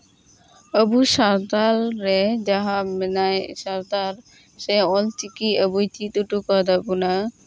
ᱟᱵᱚ ᱥᱟᱶᱛᱟᱞ ᱨᱮ ᱡᱟᱦᱟᱸᱭ ᱢᱮᱱᱟᱭ ᱥᱟᱶᱛᱟᱞ ᱚᱞ ᱪᱤᱠᱤ ᱟᱵᱩᱭ ᱪᱮᱫ ᱦᱚᱴᱚ ᱠᱟᱫ ᱵᱚᱱᱟ